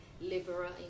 liberal